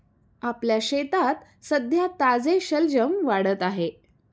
आपल्या शेतात सध्या ताजे शलजम वाढत आहेत